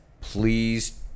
please